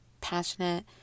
passionate